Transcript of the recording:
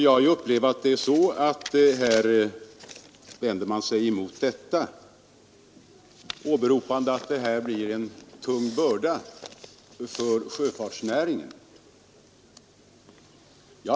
Jag har upplevt det så att man vänder sig mot ATP-lösningen, åberopande att det blir en tung börda för sjöfartsnäringen.